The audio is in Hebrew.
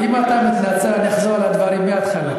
אם אתה מתנצל, אני אחזור על הדברים מהתחלה.